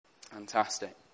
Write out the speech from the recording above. Fantastic